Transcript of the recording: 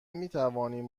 میتوانیم